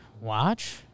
Watch